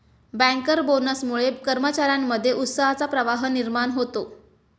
banker बोनसमुळे कर्मचार्यांमध्ये उत्साहाचा प्रवाह निर्माण होतो